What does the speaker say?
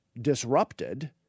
disrupted